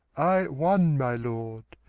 i one my lord,